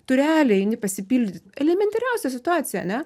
tu realiai eini pasipildyt elementariausia situacija ar ne